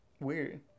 weird